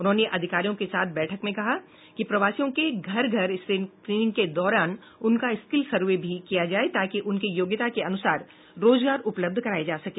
उन्होंने अधिकारियों के साथ बैठक में कहा कि प्रवासियों के घर घर स्क्रीनिंग के दौरान उनका स्किल सर्वे भी किया जाये ताकि उनकी योग्यता के अनुसार रोजगार उपलब्ध कराया जा सके